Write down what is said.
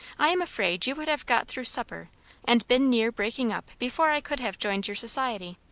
i am afraid you would have got through supper and been near breaking up before i could have joined your society.